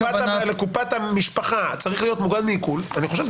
לקופת המשפחה צריך להיות מוגן מעיקול לדעתי,